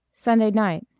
sunday night.